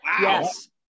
Yes